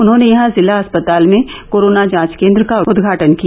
उन्होंने यहां जिला अस्पताल में कोरोना जांच केंद्र का उद्घाटन किया